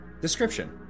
Description